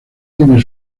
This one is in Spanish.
tiene